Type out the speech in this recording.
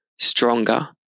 Stronger